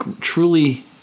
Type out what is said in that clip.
truly